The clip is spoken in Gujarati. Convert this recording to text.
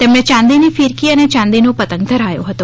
તેમને ચાંદીની ફીરકી અને ચાંદીનો પતંગ ધરાયો હતો